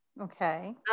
Okay